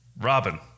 Robin